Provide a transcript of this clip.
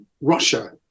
russia